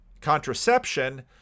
contraception